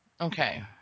Okay